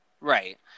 Right